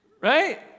Right